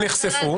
שנחשפו.